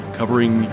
covering